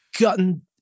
gotten